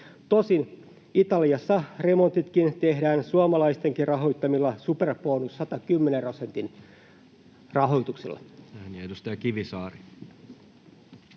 Tosin Italiassa remontitkin tehdään suomalaistenkin rahoittamilla Superbonus 110 %:n rahoituksilla.